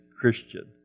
Christian